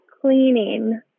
cleaning